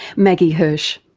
maggie haertsch.